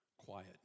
quiet